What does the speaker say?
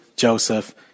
Joseph